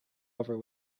over